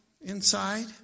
inside